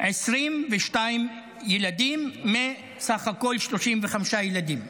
22 ילדים מסך הכול 35 ילדים.